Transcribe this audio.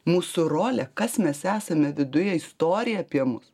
mūsų rolė kas mes esame viduje istorija apie mus